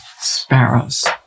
sparrows